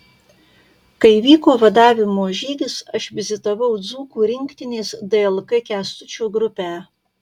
kai vyko vadavimo žygis aš vizitavau dzūkų rinktinės dlk kęstučio grupę